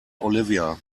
olivia